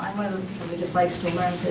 just likes to learn